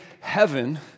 heaven